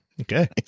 okay